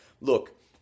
Look